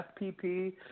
FPP